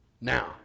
Now